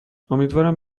امیدوارم